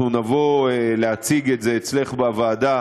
אנחנו נבוא להציג את זה אצלך בוועדה